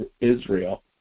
Israel